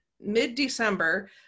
mid-December